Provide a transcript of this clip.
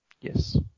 Yes